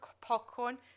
popcorn